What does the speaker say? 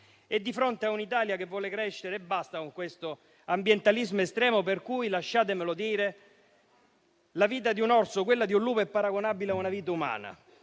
Di fronte a un'Italia che vuole crescere, basta con questo ambientalismo estremo, per cui - lasciatemelo dire - la vita di un orso o quella di un lupo è paragonabile a una vita umana.